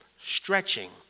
stretching